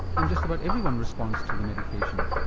then just about everyone responds to the medication.